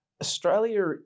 Australia